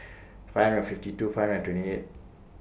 five hundred fifty two five hundred twenty eight